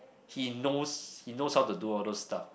he knows he knows how to do all those stuff